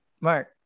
mark